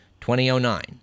2009